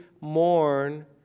mourn